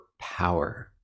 power